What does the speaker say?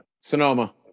Sonoma